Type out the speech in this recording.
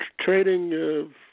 trading